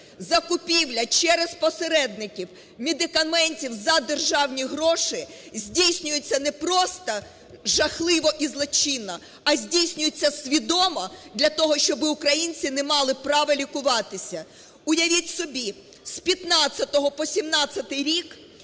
закупівля через посередників медикаментів за державні гроші здійснюється не просто жахливо і злочинно, а здійснюється свідомо, для того щоби українці не мали права лікуватися. Уявіть собі, з 2015-го по 2017 рік